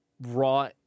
raw